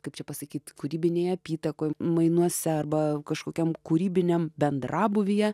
kaip čia pasakyt kūrybinėj apytakoj mainuose arba kažkokiam kūrybiniam bendrabūvyje